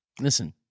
Listen